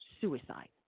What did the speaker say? suicide